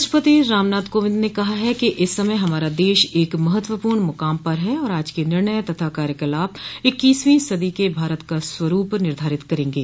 राष्ट्रपति रामनाथ कोविंद ने कहा है कि इस समय हमारा देश एक महत्वपूर्ण मुकाम पर है और आज के निर्णय तथा कार्यकलाप इक्कीसवीं सदी क भारत का स्वरूप निधारित करेंगे